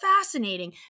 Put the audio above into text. fascinating